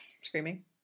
Screaming